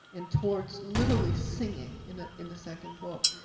and towards literally singing in the in the second book,